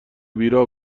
بیراه